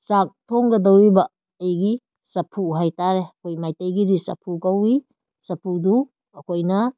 ꯆꯥꯛ ꯊꯣꯡꯒꯗꯧꯔꯤꯕ ꯑꯩꯒꯤ ꯆꯐꯨ ꯍꯥꯏꯇꯥꯔꯦ ꯑꯩꯈꯣꯏ ꯃꯩꯇꯩꯒꯤꯗꯤ ꯆꯐꯨ ꯀꯧꯏ ꯆꯐꯨꯗꯨ ꯑꯩꯈꯣꯏꯅ